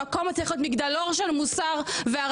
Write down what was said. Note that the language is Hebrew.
המקום הזה צריך להיות מגדלור של מוסר וערכים.